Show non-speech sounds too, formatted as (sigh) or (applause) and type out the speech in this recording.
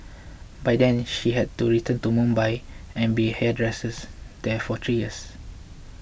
(noise) by then she had (unintelligible) to Mumbai and been hairdressers there for three years